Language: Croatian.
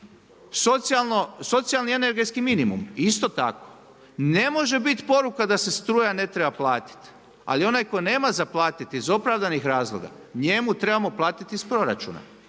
Socijalni energetski minimum, isto tako. Ne može biti poruka da se struja ne treba platiti, ali onaj tko nema za platiti iz opravdanih razloga, njemu trebamo platiti iz proračuna.